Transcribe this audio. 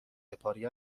هپارین